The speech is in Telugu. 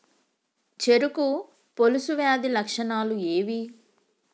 చెరుకు పొలుసు వ్యాధి లక్షణాలు ఏవి?